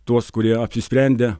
tuos kurie apsisprendę